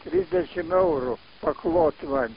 trisdešim eurų paklot man